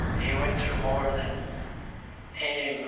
he went through more than any